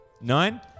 Nine